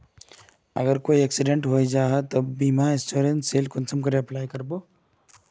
अगर कहारो एक्सीडेंट है जाहा बे तो बीमा इंश्योरेंस सेल कुंसम करे अप्लाई कर बो?